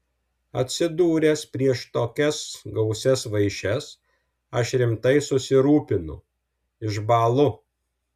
atsidūręs prieš tokias gausias vaišes aš rimtai susirūpinu išbąlu